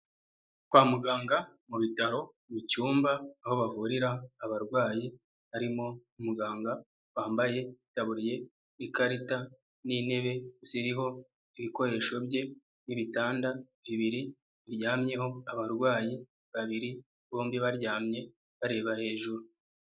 Kwa muganga mu bitaro mu cyumba aho bavurira abarwayi harimo umuganga wambaye itaburiye, ikarita n'intebe ziriho ibikoresho bye n'ibitanda bibiri biryamyeho abarwayi babiri, bombi baryamye bareba hejuru.